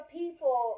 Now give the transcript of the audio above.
people